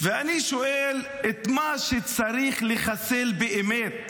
ואני שואל, את מה צריך לחסל באמת?